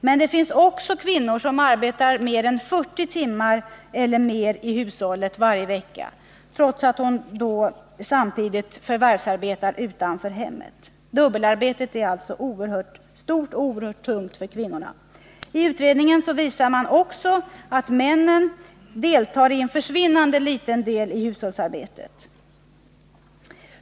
Men det finns också kvinnor som arbetar 40 timmar och mer i hushållet varje vecka, trots att de samtidigt förvärvsarbetar utanför hemmet. Dubbelarbetet är alltså oerhört omfattande och tungt för kvinnorna. I utredningen visas också att männen deltar i en försvinnande del i hushållsarbetet.